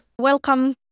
Welcome